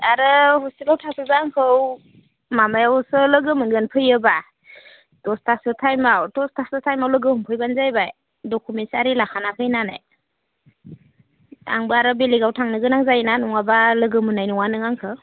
आरो हस्टेलाव थाफैब्ला आंखौ माबायावसो लोगो मोनगोन फैयोब्ला दसथासो टाइमाव दसथासो टाइमाव लोगो हमफैब्लानो जाबाय डकुमेन्ट्स आरि लाखाना फैनानै आंबो आरो बेलेगाव थांनो गोनां जायोना नङाब्ला लोगो मोननाय नङा नों आंखो